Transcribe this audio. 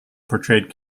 portrayed